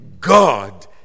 God